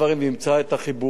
אני מוצא חובה